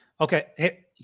Okay